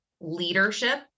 leadership